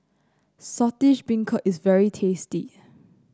Saltish Beancurd is very tasty